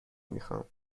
میخام